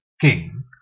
king